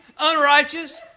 unrighteous